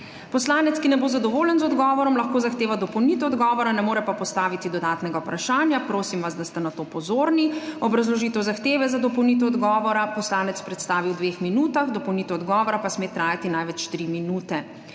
Poslanec, ki ne bo zadovoljen z odgovorom, lahko zahteva dopolnitev odgovora, ne more pa postaviti dodatnega vprašanja. Prosim vas, da ste na to pozorni. Obrazložitev zahteve za dopolnitev odgovora poslanec predstavi v 2 minutah, dopolnitev odgovora pa sme trajati največ 3 minute.